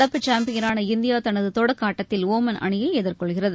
நடப்பு சாம்பியனான இந்தியா தனது தொடக்க ஆட்டத்தில் ஒமன் அணியை எதிர்கொள்கிறது